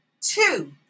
Two